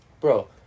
Bro